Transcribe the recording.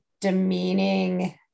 demeaning